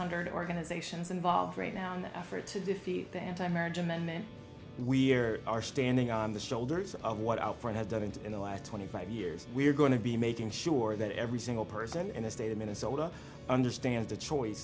hundred organizations involved right now on the effort to defeat the anti marriage amendment we're are standing on the shoulders of what outfront have done and in the last twenty five years we're going to be making sure that every single person in the state of minnesota understand the choice